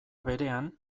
berean